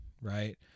right